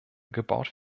gebaut